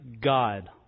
God